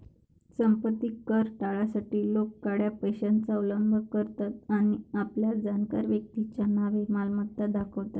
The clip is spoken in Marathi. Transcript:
संपत्ती कर टाळण्यासाठी लोक काळ्या पैशाचा अवलंब करतात आणि आपल्या जाणकार व्यक्तीच्या नावे मालमत्ता दाखवतात